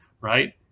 right